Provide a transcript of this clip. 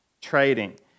trading